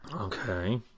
Okay